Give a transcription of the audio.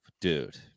Dude